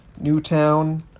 Newtown